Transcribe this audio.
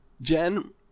jen